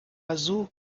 azul